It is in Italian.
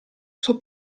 suo